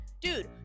dude